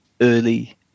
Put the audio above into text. early